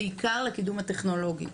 בעיקר לקידום הטכנולוגי.